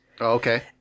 Okay